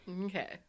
Okay